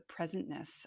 presentness